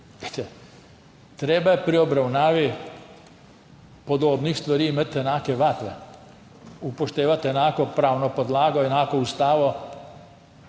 Treba je pri obravnavi podobnih stvari imeti enake vatle, upoštevati enako pravno podlago, enako ustavo,